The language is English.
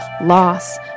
loss